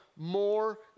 more